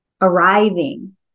arriving